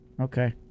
Okay